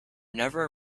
never